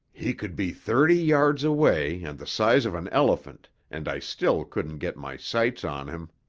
he could be thirty yards away and the size of an elephant, and i still couldn't get my sights on him,